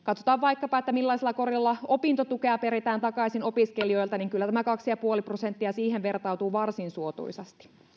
kun vaikkapa katsotaan millaisella korolla opintotukea peritään takaisin opiskelijoilta niin kyllä tämä kaksi pilkku viisi prosenttia siihen vertautuu varsin suotuisasti